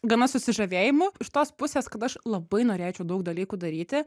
gana susižavėjimu iš tos pusės kad aš labai norėčiau daug dalykų daryti